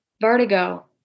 vertigo